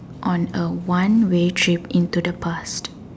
on a one way trip into the past